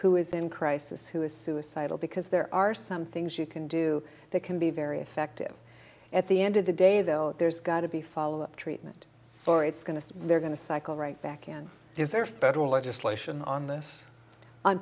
who is in crisis who is suicidal because there are some things you can do that can be very effective at the end of the day though there's got to be follow up treatment or it's going to they're going to cycle right back again is there federal legislation on this on